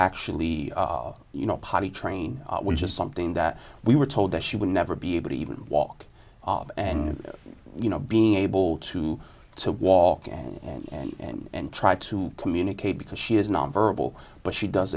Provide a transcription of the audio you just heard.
actually you know potty train which is something that we were told that she would never be able to even walk and you know being able to to walk in and try to communicate because she is non verbal but she does